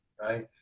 right